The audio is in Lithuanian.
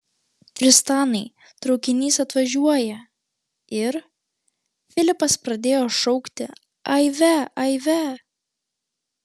tristanai traukinys atvažiuoja ir filipas pradėjo šaukti aive aive